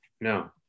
no